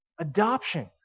Adoption